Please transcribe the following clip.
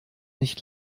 nicht